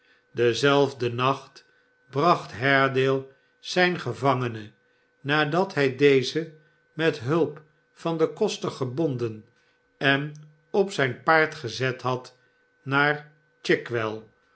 denzelfden nacht bracht haredale zijn gevangene nadat hij dezen met hulp van den koster gebonden en op zijn paard gezet had naar chigwell